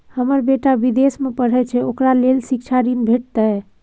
हमर बेटा विदेश में पढै छै ओकरा ले शिक्षा ऋण भेटतै?